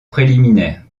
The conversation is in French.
préliminaire